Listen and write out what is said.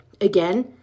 Again